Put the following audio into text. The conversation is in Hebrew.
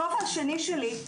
הכובע השני שלי,